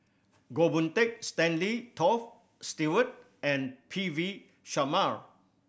Goh Boon Teck Stanley Toft Stewart and P V Sharma